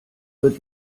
wird